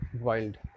wild